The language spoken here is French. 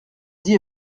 dis